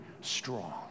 strong